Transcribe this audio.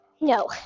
No